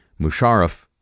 Musharraf